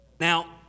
Now